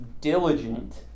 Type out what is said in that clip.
diligent